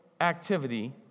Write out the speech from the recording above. activity